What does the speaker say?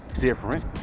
different